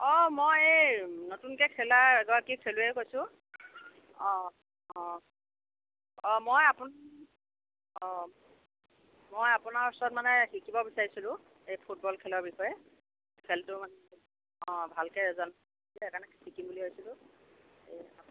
অ' মই এই নতুনকৈ খেলা খেলুৱৈ এগৰাকীয়ে কৈছোঁ অ'অ' মই আপোনাক অ' মই আপোনাৰ ওচৰত মানে শিকিব বিচাৰিছিলোঁ ফুটবল খেলৰ বিষয়ে খেলটো মানে অ' ভালকে জনা নাই সেইকাৰণে শিকিম বুলি ভাবিছিলোঁ